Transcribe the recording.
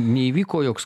neįvyko joks